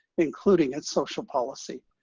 including its social policy.